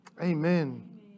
Amen